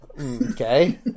Okay